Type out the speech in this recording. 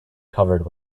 covered